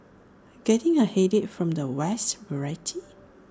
getting A headache from the vast variety